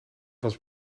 was